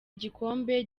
igikombe